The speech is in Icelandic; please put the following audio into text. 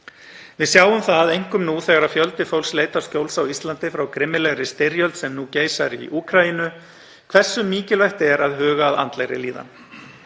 Við sjáum það, einkum nú þegar fjöldi fólks leitar skjóls á Íslandi frá grimmilegri styrjöld sem nú geysar í Úkraínu, hversu mikilvægt er að huga að andlegri líðan.